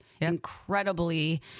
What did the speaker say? incredibly